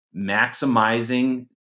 maximizing